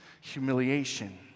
humiliation